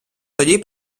тоді